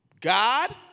God